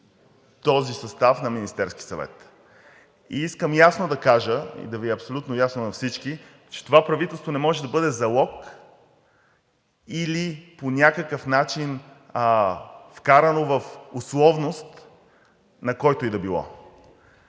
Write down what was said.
този състав на Министерския съвет. И искам ясно да кажа, да Ви е абсолютно ясно на всички, че това правителство не може да бъде залог или по някакъв начин вкарано в условност на когото и да било.